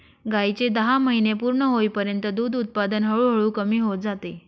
गायीचे दहा महिने पूर्ण होईपर्यंत दूध उत्पादन हळूहळू कमी होत जाते